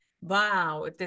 Wow